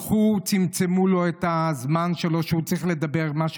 הלכו וצמצמו את הזמן שלו שהוא צריך לדבר בו פתאום,